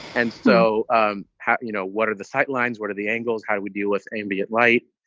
and so um have you know, what are the sightlines? what are the angles? how do we deal with ambient light?